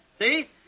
See